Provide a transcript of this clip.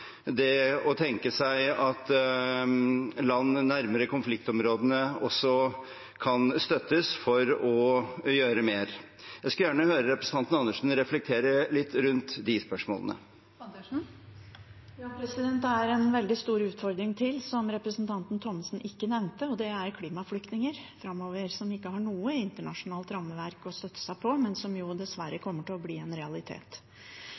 det å tenke seg at land nærmere konfliktområdene også kan støttes for å gjøre mer. Jeg skulle gjerne høre representanten Andersen reflektere litt rundt de spørsmålene. Det er en veldig stor utfordring til framover, som representanten Thommessen ikke nevnte, og det er klimaflyktninger, som ikke har noe internasjonalt rammeverk å støtte seg på, men som dessverre kommer til å bli en realitet.